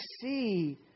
see